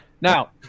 Now